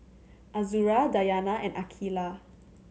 Azura Dayana and Aqeelah